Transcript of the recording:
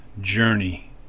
journey